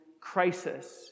crisis